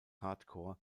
hardcore